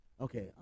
Okay